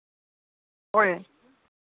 ᱦᱳᱭ